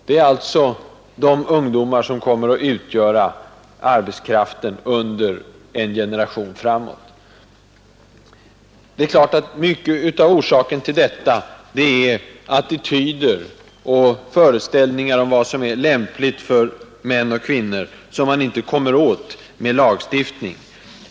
Det är dessa ungdomar som kommer att utgöra arbetskraften under en generation framåt. Mycket av orsaken till denna fördelning är attityder och föreställningar om vad som är lämpligt för män och kvinnor, något som det inte går att komma åt genom lagstiftning.